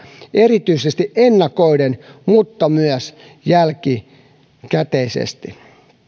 erityisesti ennakoiden mutta myös jälkikäteisesti